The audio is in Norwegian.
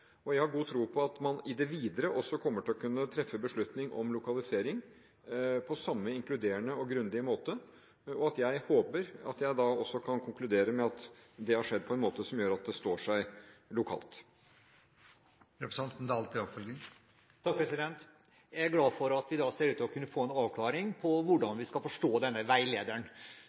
Jeg har god tro på at man i det videre også kommer til å kunne treffe beslutning om lokalisering på samme inkluderende og grundige måte, og jeg håper at jeg da også kan konkludere med at det har skjedd på en måte som står seg lokalt. Takk, jeg er glad for at vi da ser ut til å kunne få en avklaring på hvordan vi skal forstå denne veilederen.